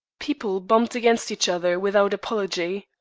people bumped against each other without apology,